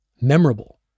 memorable